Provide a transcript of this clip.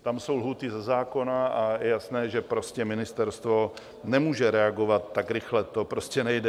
Tam jsou lhůty ze zákona a je jasné, že ministerstvo nemůže reagovat tak rychle, to prostě nejde.